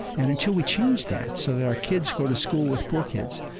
and until we change that so that our kids go to school with poor kids,